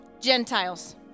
Gentiles